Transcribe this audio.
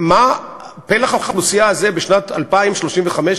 פלח האוכלוסייה הזה בשנת 2035,